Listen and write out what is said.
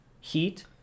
Heat